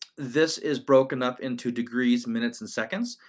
this is broken up into degrees, minutes and seconds,